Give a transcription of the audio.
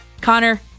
Connor